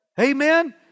Amen